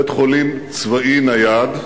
בית-חולים צבאי נייד,